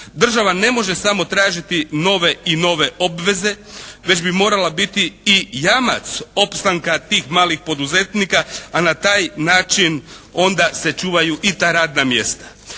Država ne može samo tražiti nove i nove obveze već bi morala biti i jamac opstanka tih malih poduzetnika a na taj način onda se čuvaju i ta radna mjesta.